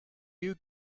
you